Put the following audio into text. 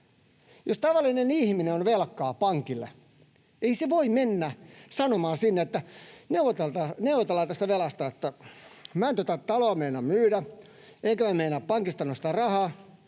Jos tavallinen ihminen on velkaa pankille, ei hän voi mennä sanomaan sinne: ”Neuvotellaan tästä velasta, minä en tuota taloa meinaa myydä, enkä minä meinaa pankista nostaa rahaa,